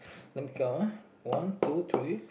let me count ah one two three